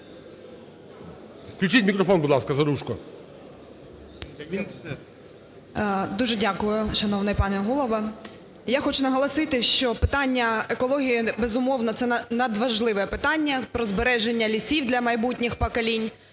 Включіть мікрофон, будь ласка, Заружко. 13:00:08 ЗАРУЖКО В.Л. Дуже дякую, шановний пане Голово. Я хочу наголосити, що питання екології, безумовно, це надважливе питання про збереження лісів для майбутніх поколінь